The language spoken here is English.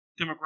demographic